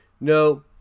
no